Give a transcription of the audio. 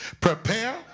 Prepare